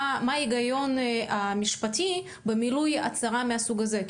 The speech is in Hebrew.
מה ההיגיון המשפטי במילוי הצהרה מהסוג הזה?